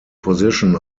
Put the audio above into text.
position